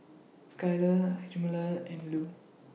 Skylar Hjalmar and Lew